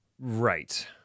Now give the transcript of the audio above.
Right